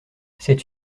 cette